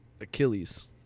Achilles